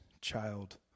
child